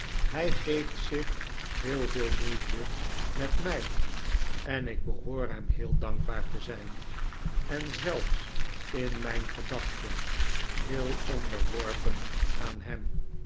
hij geeft zich heel veel moeite met mij en ik behoor hem heel dankbaar te zijn en zelfs in mijn gedachten heel onderworpen aan hem